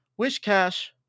Wishcash